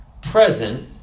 present